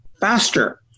faster